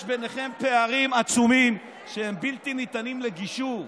יש ביניכם פערים עצומים שהם בלתי ניתנים לגישור,